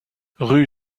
rue